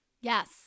Yes